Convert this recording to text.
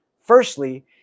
Firstly